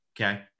Okay